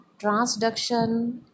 transduction